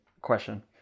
question